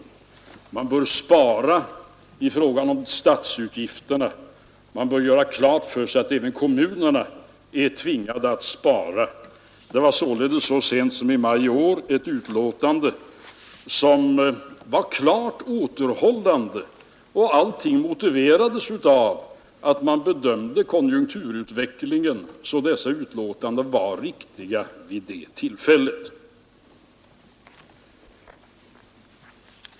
Man Onsdagen den bör spara i fråga om statsutgifterna. Man bör göra klart för sig att även SnOvVenBek 1972 kommunerna är tvingade att spara. ——— Allmänpolitisk debatt Detta anfördes således så sent som i maj i år. Det var ett utlåtande som var klart återhållande, och allt det motiverades av att man bedömde konjunkturutvecklingen så att dessa yttranden var riktiga vid det tillfället.